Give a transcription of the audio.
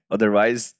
Otherwise